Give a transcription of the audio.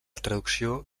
traducció